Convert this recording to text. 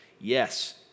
Yes